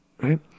right